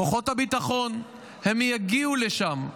כוחות הביטחון, הם יגיעו לשם.